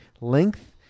length